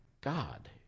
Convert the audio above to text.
God